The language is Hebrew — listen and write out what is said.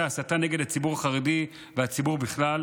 ההסתה נגד הציבור החרדי והציבור בכלל,